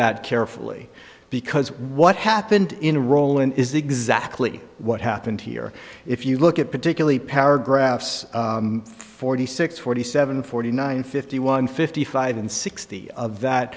that carefully because what happened in roland is exactly what happened here if you look at particularly paragraphs forty six forty seven forty nine fifty one fifty five and sixty of that